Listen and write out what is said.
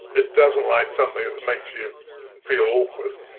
it doesn't like something that makes you feel awkward.